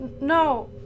No